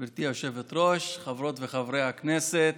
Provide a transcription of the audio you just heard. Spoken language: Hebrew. גברתי היושבת-ראש, חברות וחברי הכנסת,